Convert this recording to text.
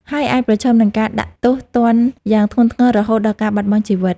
ហើយអាចប្រឈមនឹងការដាក់ទោសទណ្ឌយ៉ាងធ្ងន់ធ្ងររហូតដល់ការបាត់បង់ជីវិត។